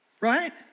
right